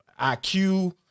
IQ